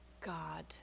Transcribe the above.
God